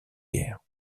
guerre